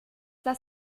das